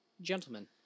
Gentlemen